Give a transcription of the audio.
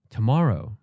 Tomorrow